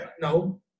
no